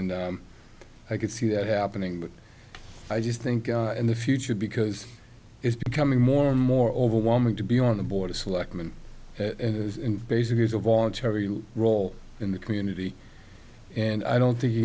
and i could see that happening but i just think in the future because it's becoming more and more overwhelming to be on the board of selectmen and basically it's a voluntary role in the community and i don't think you